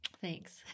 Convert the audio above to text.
thanks